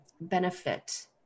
benefit